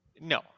No